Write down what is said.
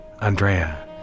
Andrea